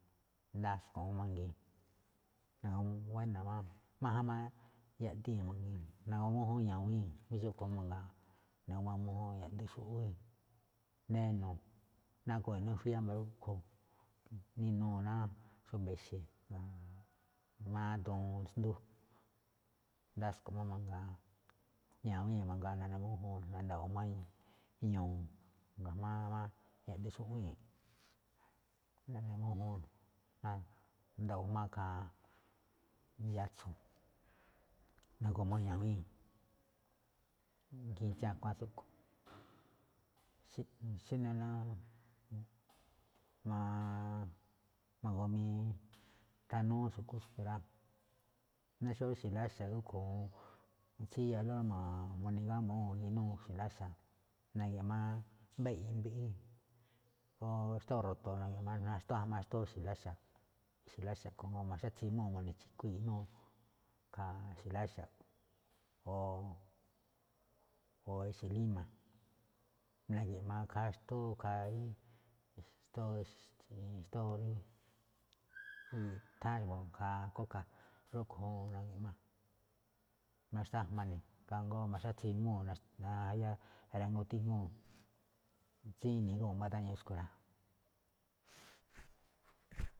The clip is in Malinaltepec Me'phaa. Ndaskuu̱n mangii̱n, buéna̱ máꞌ mangii̱n, máján máꞌ yaꞌdii̱n magii̱n, na̱gu̱ma mújúun ña̱wíi̱n jamí xúꞌkhue̱n máꞌ mangaa, na̱gu̱ma mújúun yaꞌduun xúꞌwí, neno̱ nago̱ꞌ inuu i̱fui̱í wámba̱ rúꞌkhue̱n, ninu̱u̱ ná xúba̱ ixe̱, ga̱jma̱á duun xndú ndasko̱ꞌ máꞌ mangaa. Ña̱wíi̱n mangaa naꞌne mújúun na̱nda̱wo̱o̱ ga̱jma̱á ñu̱u̱ ga̱jma̱á máꞌ yaꞌduun xúꞌwíi̱nꞌ. Naꞌne mújúun ná na̱da̱wo̱o̱ꞌ jma̱á ikhaa yatso̱. Na̱gu̱ma ña̱wíi̱n, ikhiin tsí a̱kuáan tsúꞌkue̱n, xí ná ma̱g ii thanúú xu̱kú tsúꞌkhue̱n rá, ná xó wéje̱ ixe̱ láxa̱ rúꞌkhue̱n juun, tsíyalóꞌ mone̱ gámbúu̱n inúu ixe̱ láxa̱. Na̱gi̱ꞌma mbá i̱yi̱i̱ꞌ mbiꞌi o xtóo ro̱to̱ na̱gi̱ꞌma naxtuꞌwájma xtóo ixe̱ láxa̱, ixe̱ láxa̱ rúꞌkhue̱n juun ma̱xátsimúu̱, muchi̱kuii̱ inúu, ikhaa ixe̱ láxa̱, o ixe̱ líma̱ na̱gi̱ꞌma ikhaa xndúu ikhaa xtóo rí nutháán ikhaa kóka̱, rúꞌkhue̱n juun na̱gi̱ꞌma, naxtuꞌwajma ne̱ ikhaa jngó ma̱xátsimúu̱ ná xtun jayá rangútíguu̱n, tsini̱i̱ guéño dáño̱ xúꞌkhue̱n rá.